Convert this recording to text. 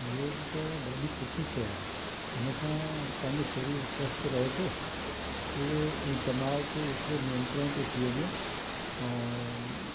योग त ॾाढी सुठी शइ आहे हुन सां पंहिंजे शरीर स्वस्थ रहे थो पूरे ऐं तनाव खे एतिरो नियंत्रण थो थी वञे ऐं